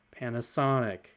Panasonic